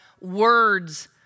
words